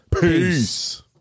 peace